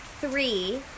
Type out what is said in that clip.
three